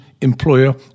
employer